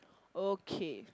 okay